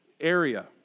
area